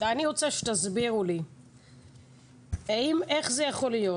ואני רוצה שתסבירו לי איך זה יכול להיות,